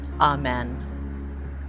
amen